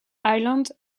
island